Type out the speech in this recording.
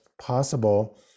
possible